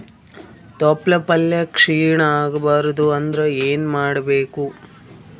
ತೊಪ್ಲಪಲ್ಯ ಕ್ಷೀಣ ಆಗಬಾರದು ಅಂದ್ರ ಏನ ಮಾಡಬೇಕು?